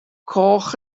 coch